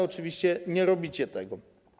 Oczywiście nie robicie tego.